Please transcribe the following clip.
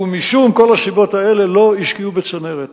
ומשום כל הסיבות האלה לא השקיעו בצנרת.